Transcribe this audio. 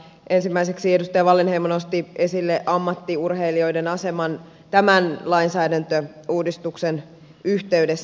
ensimmäiseksi edustaja wallinheimo nosti esille ammattiurheilijoiden aseman tämän lainsäädäntöuudistuksen yhteydessä